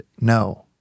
no